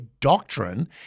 doctrine